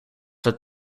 het